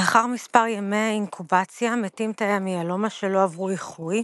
לאחר מספר ימי אינקובציה מתים תאי המיאלומה שלא עברו איחוי,